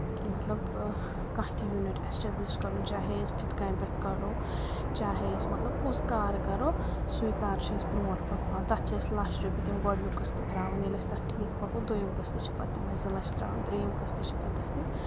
مطلب کانٛہہ تہِ یوٗنِٹ ایسٹیبلِش کَرُن چاہے أسۍ پھِتھ کامہِ پؠٹھ کَرو چاہے أسۍ مطلب کُس کار کَرو سُے کار چھِ أسۍ برونٛٹھ پَکناوان تَتھ چھِ أسۍ لَچھ رۄپیہِ تِم گۄڈنیُک قصہٕ ترٛاوَان ییٚلہِ أسۍ تَتھ ٹھیٖک پَکو دوٚیِم قٔصتہٕ چھِ پَتہٕ تِم أسۍ زٕ لَچھ ترٛاوان ترٛیِم قٕ چھِ پَتہٕ تَتھ تِم